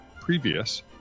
previous